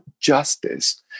justice